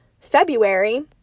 February